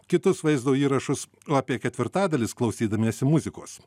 kitus vaizdo įrašus o apie ketvirtadalis klausydamiesi muzikos